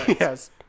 Yes